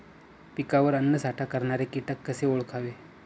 पिकावर अन्नसाठा करणारे किटक कसे ओळखावे?